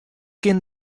kin